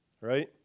right